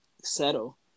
settle